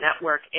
Network